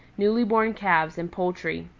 newly born calves and poultry.